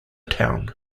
town